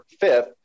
fifth